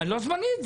לא זמנית,